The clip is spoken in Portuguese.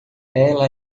ela